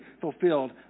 fulfilled